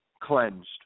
cleansed